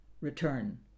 return